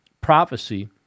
prophecy